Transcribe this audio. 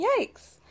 yikes